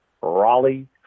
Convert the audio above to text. Raleigh